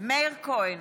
מאיר כהן,